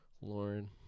Lauren